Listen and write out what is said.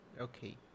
okay